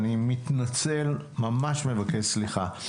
אני ממש מתנצל ומבקש סליחה.